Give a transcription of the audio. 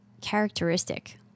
characteristic